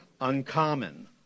uncommon